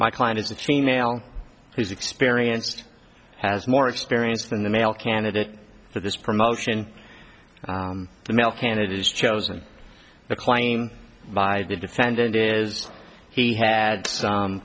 my client is a chainmail who's experienced has more experience than the male candidate for this promotion the male candidate is chosen the claim by the defendant is he had